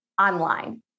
online